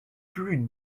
plus